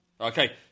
Okay